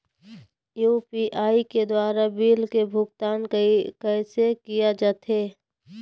UPI के द्वारा bill के भुगतान कैसे किया जाथे?